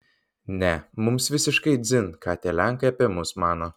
ne mums visiškai dzin ką tie lenkai apie mus mano